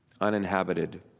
uninhabited